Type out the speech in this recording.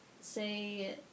say